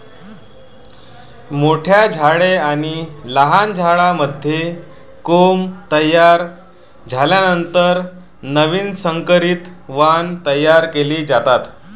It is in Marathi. मोठ्या झाडे आणि झाडांमध्ये कोंब तयार झाल्यानंतर नवीन संकरित वाण तयार केले जातात